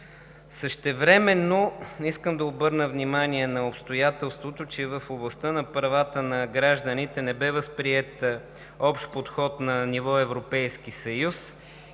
Същевременно искам да обърна внимание на обстоятелството, че в областта на правата на гражданите не бе възприет общ подход на ниво Европейски съюз.